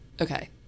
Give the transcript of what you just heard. okay